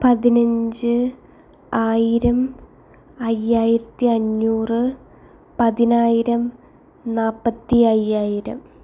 പതിനഞ്ച് ആയിരം അയ്യായിരത്തി അഞ്ഞൂറ് പതിനായിരം നാൽപ്പത്തി അയ്യായിരം